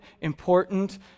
important